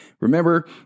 Remember